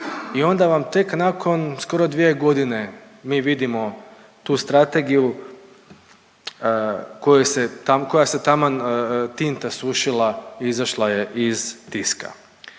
i onda vam tek nakon skoro dvije godine mi vidimo tu strategiju kojoj se taman tinta sušila izašla je iz tiska.